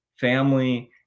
family